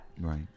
right